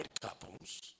couples